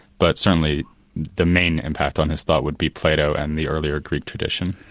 but certainly the main impact on his thought would be plato and the earlier greek tradition.